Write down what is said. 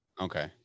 Okay